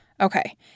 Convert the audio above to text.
Okay